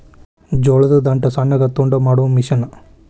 ಜೋಳದ ದಂಟ ಸಣ್ಣಗ ತುಂಡ ಮಾಡು ಮಿಷನ್